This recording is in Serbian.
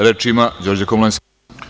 Reč ima Đorđe Komlenski.